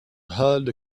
held